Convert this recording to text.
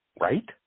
Right